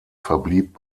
verblieb